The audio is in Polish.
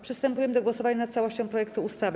Przystępujemy do głosowania nad całością projektu ustawy.